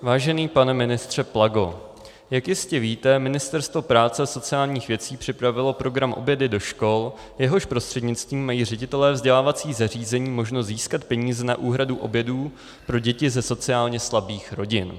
Vážený pane ministře Plago, jak jistě víte, Ministerstvo práce a sociálních věcí připravilo program obědy do škol, jehož prostřednictvím mají ředitelé vzdělávacích zařízení možnost získat peníze na úhradu obědů pro děti ze sociálně slabých rodin.